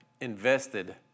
invested